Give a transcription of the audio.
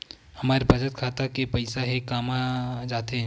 हमर बचत खाता के पईसा हे कामा जाथे?